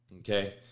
Okay